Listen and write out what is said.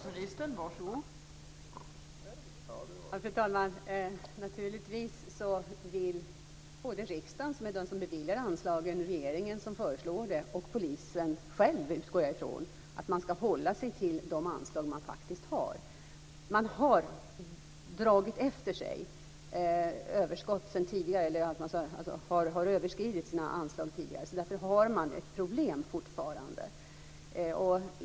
Fru talman! Naturligtvis vill både riksdagen, som beviljar anslagen, regeringen som föreslår dem och polisen själv - det utgår jag ifrån - att man ska hålla sig inom de anslag som man faktiskt har. Man har tidigare överskridit sina anslag, och man har fortfarande ett problem.